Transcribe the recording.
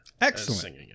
Excellent